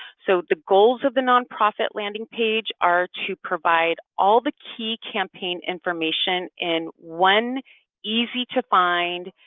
so the goals of the nonprofit landing page are to provide all the key campaign information in one easy to find,